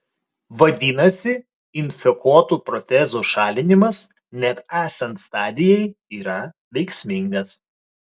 vadinasi infekuotų protezų šalinimas net esant stadijai yra veiksmingas